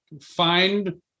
find